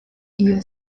iyo